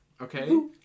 Okay